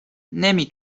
نمی